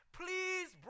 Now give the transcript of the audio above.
please